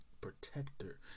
protector